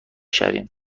شویم